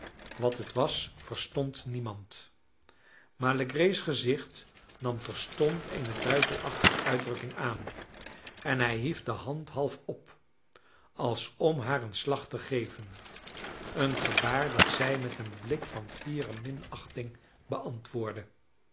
wat het was verstond niemand maar legree's gezicht nam terstond eene duivelachtige uitdrukking aan en hij hief de hand half op als om haar een slag te geven een gebaar dat zij met een blik van fiere minachting beantwoordde